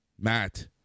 Matt